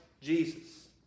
Jesus